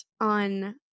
on